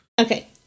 Okay